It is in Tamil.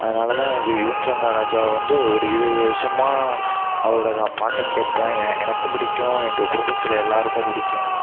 அதனால தான் எனக்கு யுவன் சங்கர் ராஜாவ வந்து ஒரு இருபது வருஷமாக அவரோட நான் பாட்டை கேட்பேன் எ எனக்கும் பிடிக்கும் எங்கள் குடும்பத்தில் எல்லோருக்கும் பிடிக்கும்